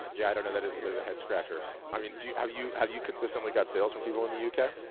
yeah, i don't know. that is a bit of a head-scratcher. i mean have you have you consistently got sales from people in the u k?